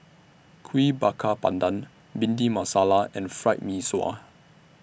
Kuih Bakar Pandan Bhindi Masala and Fried Mee Sua